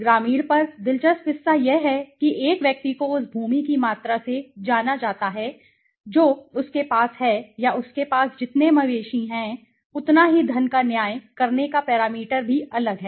ग्रामीण पर दिलचस्प हिस्सा यह है कि एक व्यक्ति को उस भूमि की मात्रा से जाना जाता है जो उसके पास है या उसके पास जितने मवेशी हैं उतना ही धन का न्याय करने का पैरामीटर भी अलग है